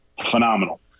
phenomenal